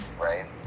right